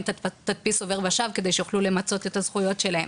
תדפיס עובר ושב כדי שיוכלו למצות את הזכויות שלהם.